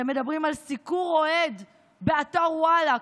אתם מדברים על סיקור אוהד באתר וואלה,